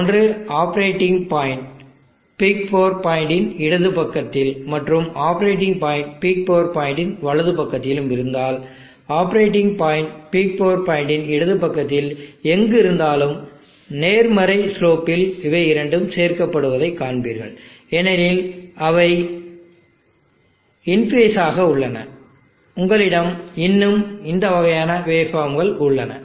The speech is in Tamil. ஒன்று operating point peak power point இன் இடது பக்கத்தில் மற்றும் operating point peak power point இன் வலது பக்கத்திலும் இருந்தால் operating point peak power point இன் இடது பக்கத்தில் எங்கு இருந்தாலும் நேர்மறை ஸ்லோ பில் இவை இரண்டும் சேர்க்கப்படுவதைக் காண்பீர்கள் ஏனெனில் அவை இன் ஃபேஸ் ஆக உள்ளன உங்களிடம் இன்னும் இந்த வகையான வேவ் ஃபார்ம் உள்ளன